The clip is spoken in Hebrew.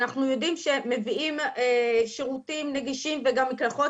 אנחנו יודעים שמביאים שירותים נגישים וגם מקלחות